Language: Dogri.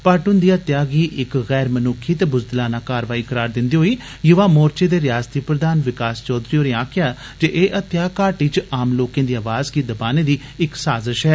भट्ट हुन्दी हत्या गी इक गैर मनुक्खी ते बुज़दलाना कारवाई करार दिन्दे होई युवा मोर्चा दे रयासती प्रधान विकास चौधरी होरे आक्खेआ जे एह् हत्या घाटी च आम लोकें दी आवाज गी दबाने दी इक साज़श ऐ